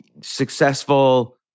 successful